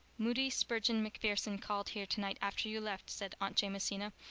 moody spurgeon macpherson called here tonight after you left, said aunt jamesina,